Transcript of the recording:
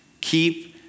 Keep